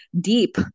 deep